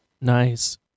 nice